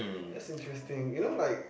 that's interesting you know like